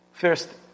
First